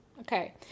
Okay